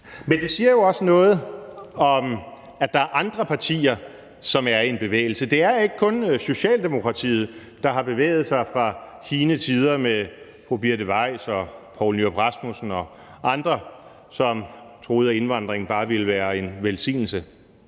Men det siger jo også noget om, at der er andre partier, som er i en bevægelse. Det er ikke kun Socialdemokratiet, der har bevæget sig fra hine tider med fru Birthe Weiss og hr. Poul Nyrup Rasmussen og andre, som troede, at indvandringen bare ville være en velsignelse.